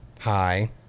Hi